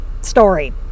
story